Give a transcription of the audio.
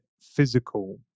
physical